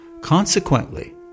Consequently